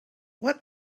what